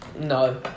no